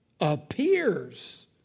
appears